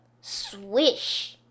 Swish